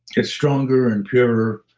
it's stronger and purer.